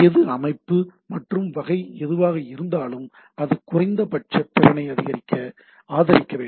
எது அமைப்பு மற்றும் வகை எதுவாக இருந்தாலும் அது குறைந்தபட்ச திறனை ஆதரிக்க வேண்டும்